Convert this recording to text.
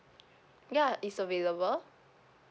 ya it's available